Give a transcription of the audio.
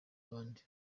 abandi